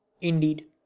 Indeed